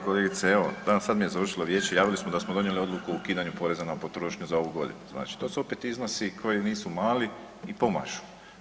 Kolegice evo, sad mi je završilo vijeće javili su da smo donijeli odluku o ukidanju poreza na potrošnju za ovu godinu, znači to su opet iznosi koji nisu mali i pomažu.